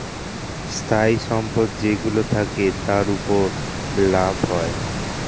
স্থায়ী সম্পদ যেইগুলো থাকে, তার উপর লাভ হয়